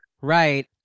Right